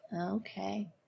Okay